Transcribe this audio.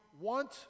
want